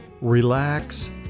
relax